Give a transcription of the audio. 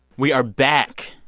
we are back,